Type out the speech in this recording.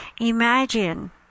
Imagine